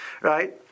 right